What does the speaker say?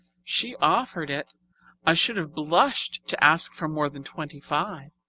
she offered it i should have blushed to ask for more than twenty-five.